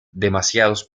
demasiados